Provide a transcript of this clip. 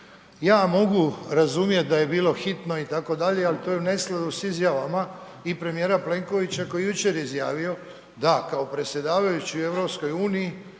ja mogu razumjet da je bilo hitno itd., ali to je u neskladu s izjavama i premijera Plenkovića koji je jučer izjavio da kao predsjedavajući u EU je